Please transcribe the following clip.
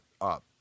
up